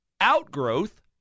outgrowth